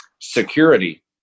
security